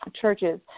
churches